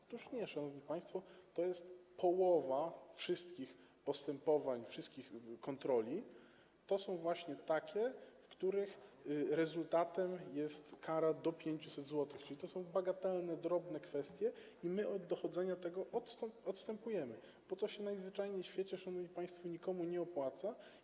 Otóż nie, szanowni państwo, połowa wszystkich postępowań, wszystkich kontroli, to są właśnie takie, których rezultatem jest kara do 500 zł, czyli to są bagatelne, drobne kwestie, i my od dochodzenia tego odstępujemy, bo to się najzwyczajniej w świecie, szanowni państwo, nikomu nie opłaca.